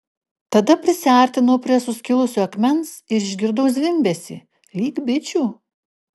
tada prisiartinau prie suskilusio akmens ir išgirdau zvimbesį lyg bičių